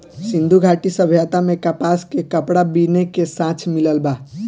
सिंधु घाटी सभ्यता में कपास के कपड़ा बीने के साक्ष्य मिलल बा